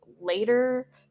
later